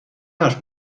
حرف